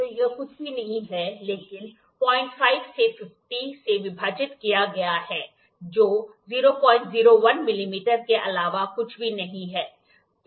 तो यह कुछ भी नहीं है लेकिन 05 को 50 से विभाजित किया गया है जो 001 मिलीमीटर के अलावा कुछ भी नहीं है